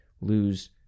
lose